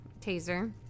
taser